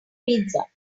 pizza